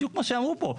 בדיוק מה שאמרו פה.